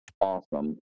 awesome